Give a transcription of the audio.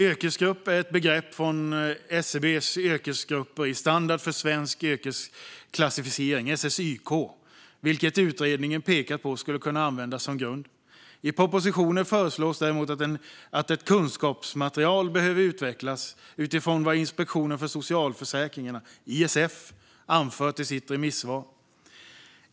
Yrkesgrupp är ett begrepp från SCB:s yrkesgrupper i standard för svensk yrkesklassificering, SSYK, vilket utredningen pekar på skulle kunna användas som grund. I propositionen föreslås däremot att ett kunskapsmaterial ska utvecklas utifrån vad Inspektionen för socialförsäkringarna, ISF, anfört i sitt remissvar.